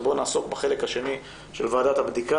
ובואו נעסוק בחלק השני של ועדת הבדיקה